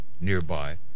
nearby